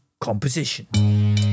composition